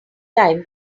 time